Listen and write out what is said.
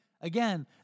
Again